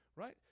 Right